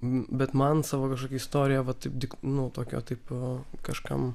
bet man savo kažkokia istorija va taip dik nu tokia taip kažkam